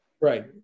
Right